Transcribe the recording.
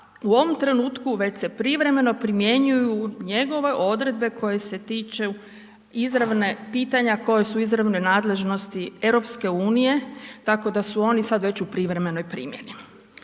u ovom trenutku već se privremeno primjenjuju njegove odredbe koje se tiču pitanja koja su u izravnoj nadležnosti EU-a tako da su oni sad već u privremenoj primjeni.